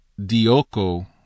dioko